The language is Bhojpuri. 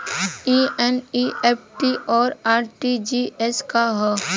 ई एन.ई.एफ.टी और आर.टी.जी.एस का ह?